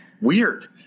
weird